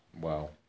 Wow